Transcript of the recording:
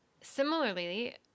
similarly